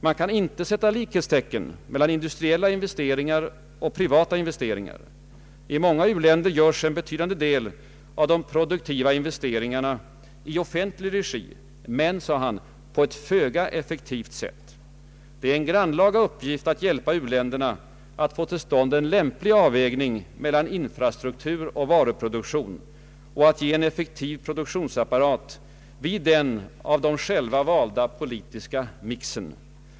Man kan inte sätta likhetstecken mellan industriella investeringar och privata investeringar. I många u-länder görs en betydande del av de produktiva investeringarna i offentlig regi — men, sade han, på ett föga effektivt sätt. Det är en grannlaga uppgift att hjälpa u-länderna att få till stånd en lämplig avvägning mellan infrastruktur och varuproduktion och att ge en effektiv produktionsapparat vid den av dem själva valda politiska ”mixen”.